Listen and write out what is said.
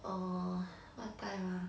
err what time ah